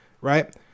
Right